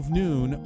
noon